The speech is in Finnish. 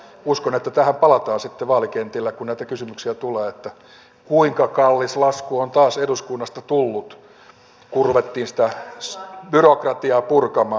uskon että tähän palataan sitten vaalikentillä kun tulee näitä kysymyksiä että kuinka kallis lasku on taas eduskunnasta tullut kun ruvettiin sitä byrokratiaa ja sääntelyä purkamaan